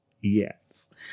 Yes